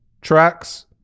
tracks